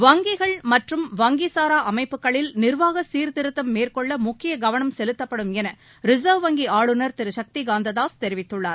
வங்கிகள் மற்றும் வங்கிசாராஅமைப்புகளில் நிர்வாகசீர்திருத்தம் மேற்கொள்ளமுக்கியகவனம் செலுத்தப்படும் எனரிசர்வ் வங்கிஆளுநர் திருசக்திகாந்ததாஸ் தெரிவித்துள்ளார்